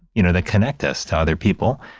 you know, that connect us to other people.